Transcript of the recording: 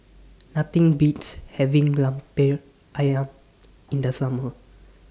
Nothing Beats having Lemper Ayam in The Summer